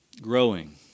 growing